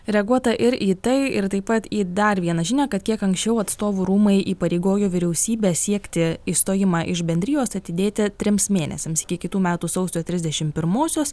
reaguota ir į tai ir taip pat į dar vieną žinią kad kiek anksčiau atstovų rūmai įpareigojo vyriausybę siekti išstojimą iš bendrijos atidėti trims mėnesiams iki kitų metų sausio trisdešim pirmosios